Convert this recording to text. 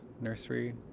Nursery